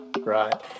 right